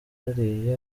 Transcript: bariya